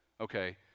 Okay